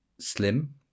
slim